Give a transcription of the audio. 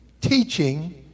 teaching